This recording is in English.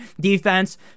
defense